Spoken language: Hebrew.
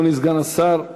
אדוני סגן השר ישיב.